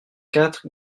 quatre